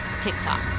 tiktok